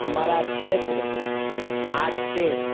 हमारा क्षेत्र आज से